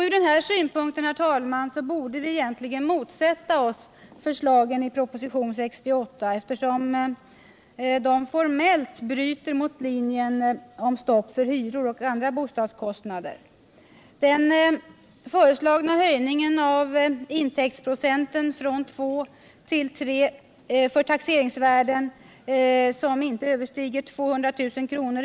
Ur denna synpunkt, herr talman, borde vi egentligen motsätta oss förslagen i propositionen 68, eftersom dessa formellt bryter mot linjen om stopp för hyror och andra bostadskostnader. Den föreslagna höjningen av intäktsprocenten från 2 till 3 för taxeringsvärden som inte överstiger 200 000 kr.